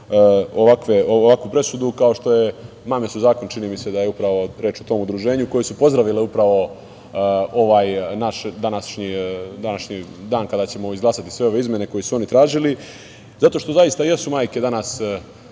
ovakvu presudu, kao što je „Mame su zakon“, čini mi se da je reč o tom udruženju, koja su pozdravile upravo ovaj naš današnji dan kada ćemo izglasati sve ove izmene koje su oni tražili, zato što zaista jesu majke danas